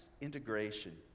integration